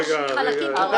רגע, רגע.